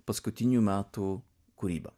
paskutinių metų kūryba